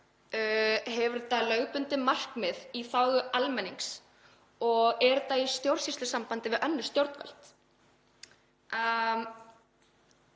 Hefur þetta lögbundin markmið í þágu almennings og er þetta í stjórnsýslusambandi við önnur stjórnvöld?